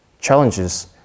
challenges